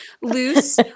Loose